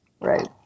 Right